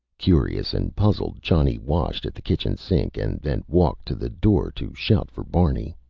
curious and puzzled, johnny washed at the kitchen sink and then walked to the door to shout for barney.